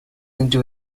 into